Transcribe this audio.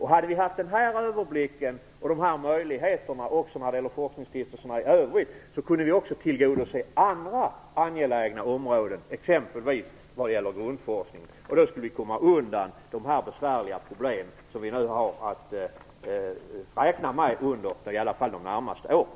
Hade vi haft den här överblicken och de här möjligheterna också när det gäller forskningsstiftelserna i övrigt, kunde vi också ha tillgodosett andra angelägna områden, exempelvis grundforskningen. Då skulle vi ha kommit undan dessa besvärliga problem som vi nu har att räkna med under i alla fall de närmaste åren.